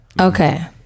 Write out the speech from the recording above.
Okay